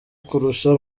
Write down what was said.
kurusha